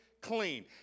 clean